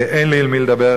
ואין לי אל מי לדבר,